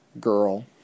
girl